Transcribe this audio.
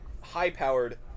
high-powered